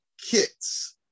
kits